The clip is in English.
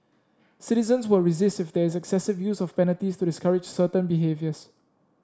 citizens will resist if there is excessive use of penalties to discourage certain behaviours